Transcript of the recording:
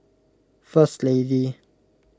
First Lady